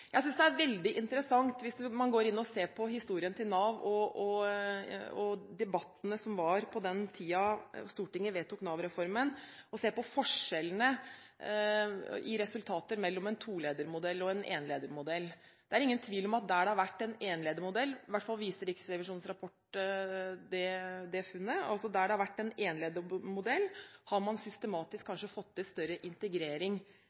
Jeg synes det er veldig interessant å gå inn og se på historien til Nav og på debattene på den tiden Stortinget vedtok Nav-reformen, og se på forskjellene i resultater mellom en toledermodell og en enledermodell. Det er ingen tvil om at der det har vært en enledermodell, i hvert fall viser Riksrevisjonens rapport det funnet, har man systematisk fått til større integrering på tvers i Nav-kontoret. Det